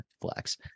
flex